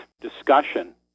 discussion